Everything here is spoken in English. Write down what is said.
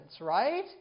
right